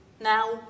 Now